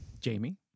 Jamie